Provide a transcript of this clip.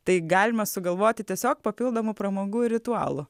tai galima sugalvoti tiesiog papildomų pramogų ir ritualų